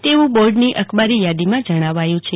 એવું બોર્ડની અખબારી થાદીમાં જણાવાયું છે